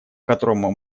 которому